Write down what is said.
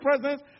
presence